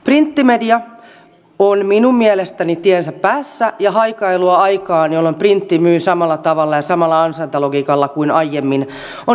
printtimedia on minun mielestäni tiensä päässä ja haikailu aikaan jolloin printti myy samalla tavalla ja samalla ansaintalogiikalla kuin aiemmin on mielestäni turhaa